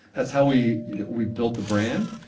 that's how we we built the brand.